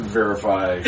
verify